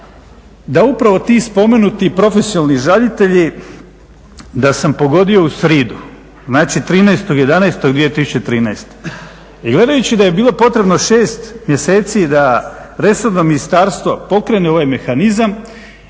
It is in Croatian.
da upravo ti spomenuti profesionalni žalitelji da sam pogodio u sridu. Znači, 13.11.2013. I gledajući da je bilo potrebno 6 mjeseci da resorno ministarstvo pokrene ovaj mehanizam